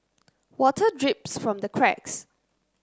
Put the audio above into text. water drips from the cracks